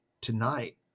tonight